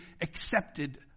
accepted